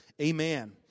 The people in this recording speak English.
amen